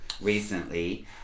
recently